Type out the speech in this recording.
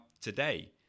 today